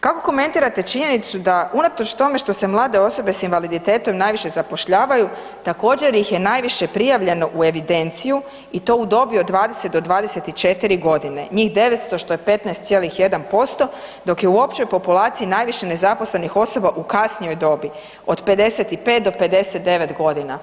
Kako komentirate činjenicu da unatoč tome što se mlade osobe s invaliditetom najviše zapošljavaju također ih je najviše prijavljeno u evidenciju i to u dobi od 20 do 24 godine, njih 900 što je 15,1% dok je u općoj populaciji najviše nezaposlenih osoba u kasnijoj dobi od 55 do 59 godina?